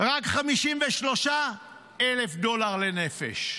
רק 53,000 דולר לנפש,